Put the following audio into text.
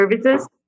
services